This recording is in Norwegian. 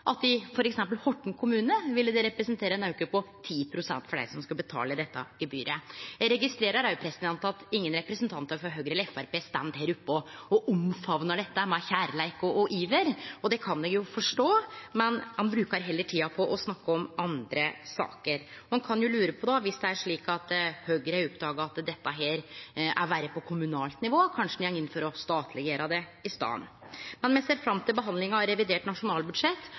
at i f.eks. Horten kommune ville det representere ein auke på 10 pst. for dei som skal betale dette gebyret. Eg registrerer òg at ingen representantar frå Høgre eller Framstegspartiet står her oppe og omfamnar dette med kjærleik og iver – og det kan eg jo forstå – men ein brukar heller tida på å snakke om andre saker. Ein kan jo, viss det er slik at Høgre har oppdaga at dette er verre på kommunalt nivå, lure på om ein då kanskje går inn for å gjere det statleg i staden. Me ser fram til behandlinga av revidert nasjonalbudsjett.